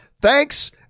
Thanks